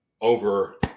over